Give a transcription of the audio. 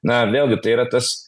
na vėl gi tai yra tas